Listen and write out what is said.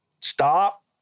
stop